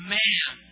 man